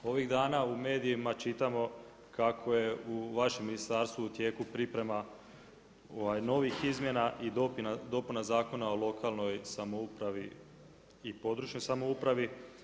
Ovih dana u medijima čitamo kako je u vašem ministarstvu u tijeku priprema novih Izmjena i dopunama Zakona o lokalnoj samoupravi i područnoj samoupravi.